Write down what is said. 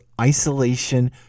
isolation